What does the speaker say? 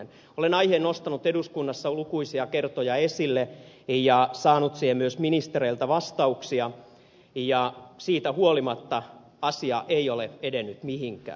olen aiheen nostanut eduskunnassa lukuisia kertoja esille ja saanut siihen myös ministereiltä vastauksia ja siitä huolimatta asia ei ole edennyt mihinkään